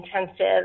intensive